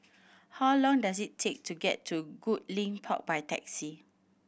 how long does it take to get to Goodlink Park by taxi